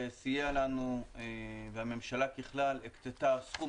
משרד האוצר סייע לנו והממשלה ככלל הקצתה סכום